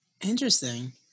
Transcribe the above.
Interesting